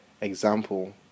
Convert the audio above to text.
example